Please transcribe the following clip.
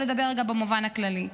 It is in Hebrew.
ולדבר רגע במובן הכללי.